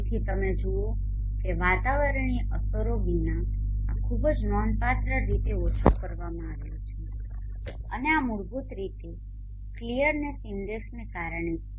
તેથી તમે જુઓ કે વાતાવરણીય અસરો વિના આ ખૂબ જ નોંધપાત્ર રીતે ઓછું કરવામાં આવ્યું છે અને આ મૂળભૂત રીતે ક્લિયરનેસ ઇન્ડેક્સને કારણે છે